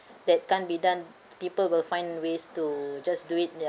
that can't be done people will find ways to just do it ya